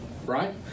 Right